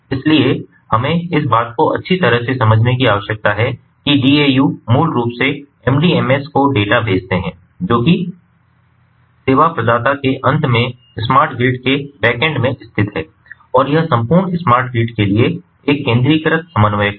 इसलिए हमें इस बात को अच्छी तरह से समझने की आवश्यकता है कि DAU मूल रूप से MDMS को डेटा भेजते हैं जो कि सेवा प्रदाता के अंत में स्मार्ट ग्रिड के बैक एंड में स्थित है और यह संपूर्ण स्मार्ट ग्रिड के लिए एक केंद्रीकृत समन्वयक है